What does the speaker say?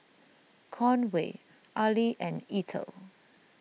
Conway Arly and Ethel